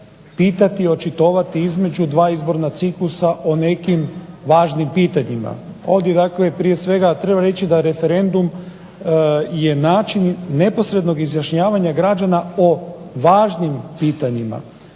pitati, očitovati između dva izborna ciklusa o nekim važnim pitanjima. Ovdje dakle prije svega treba reći da referendum je način neposrednog izjašnjavanja građana o važnim pitanjima,